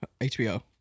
HBO